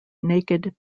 naked